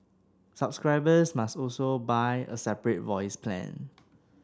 subscribers must also buy a separate voice plan